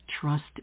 trust